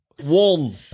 One